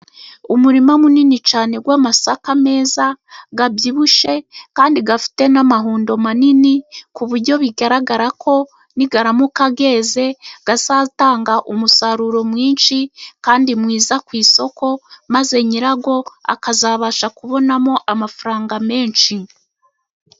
Umurima munini cyane w'amasaka meza abyibushye, kandi afite n'amahundo manini, ku buryo bigaragara ko naramuka yeze azatanga umusaruro mwinshi kandi mwiza ku isoko, maze nyira yo akazabasha kubonamo amafaranga menshi.